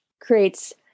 creates